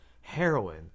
heroin